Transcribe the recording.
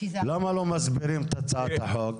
למה לא מסבירים את הצעת החוק?